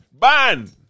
Ban